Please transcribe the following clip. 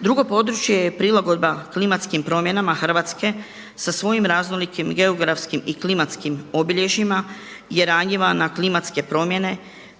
Drugo područje je prilagodba klimatskim promjenama Hrvatske sa svojim raznolikim i geografskim i klimatskim obilježjima je ranjiva na klimatske promjene